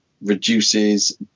reduces